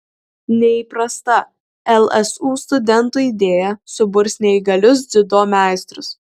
neįprasta lsu studentų idėja suburs neįgalius dziudo meistrus